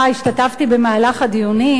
השתתפתי במהלך הדיונים,